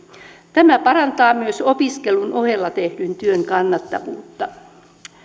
tämä parantaa myös opiskelun ohella tehdyn työn kannattavuutta